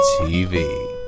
tv